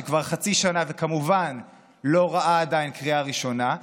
שכבר חצי שנה כמובן לא ראה עדיין קריאה ראשונה.